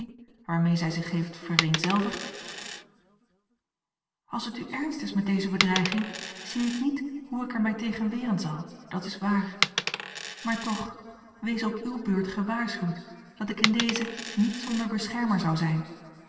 waarmee zij zich heeft vereenzelvigd als het u ernst is met deze bedreiging zie ik niet hoe ik er mij tegen weren zal dat is waar maar toch wees op uwe beurt a l g bosboom-toussaint langs een omweg gewaarschuwd dat ik in deze niet zonder beschermer zou zijn